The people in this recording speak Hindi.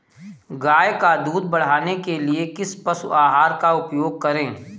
गाय का दूध बढ़ाने के लिए किस पशु आहार का उपयोग करें?